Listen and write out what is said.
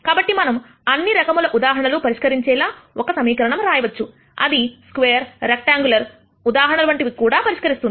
కాబట్టి మనం అన్ని రకముల ఉదాహరణలు పరిష్కరించేలా ఒకసమీకరణం రాయవచ్చు అది స్క్వేర్ రెక్టఅంగులర్ ఉదాహరణల వంటివి కూడా పరిష్కరిస్తుంది